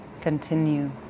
Continue